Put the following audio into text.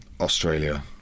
Australia